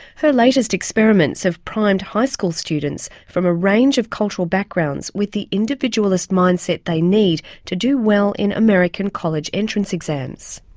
her latest experiments have primed high school students from a range of cultural backgrounds with the individualist mindset they need to do well in american college entrance exams.